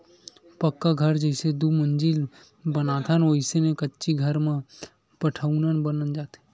पक्का घर जइसे दू मजिला बनाथन वइसने कच्ची घर म पठउहाँ बनाय जाथे